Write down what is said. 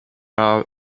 are